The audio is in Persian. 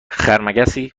خرمگسی